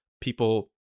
people